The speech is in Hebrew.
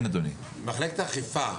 האם יש כניסה לבית הספר,